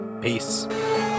peace